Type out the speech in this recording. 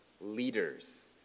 leaders